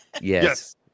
yes